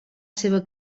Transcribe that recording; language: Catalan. seva